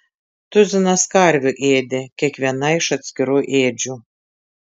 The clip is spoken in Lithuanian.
tuzinas karvių ėdė kiekviena iš atskirų ėdžių